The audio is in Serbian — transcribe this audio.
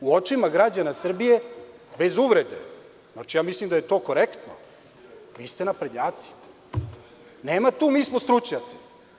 U očima građana Srbije, bez uvrede, ja mislim da je to korektno, vi ste naprednjaci, nema tu – mi smo stručnjaci.